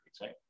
right